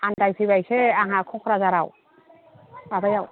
आनदायफैबायसो आंहा क'क्राझाराव माबायाव